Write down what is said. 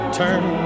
turn